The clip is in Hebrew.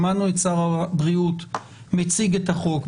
שמענו את שר הבריאות מציג את החוק.